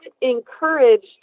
encouraged